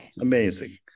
Amazing